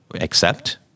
accept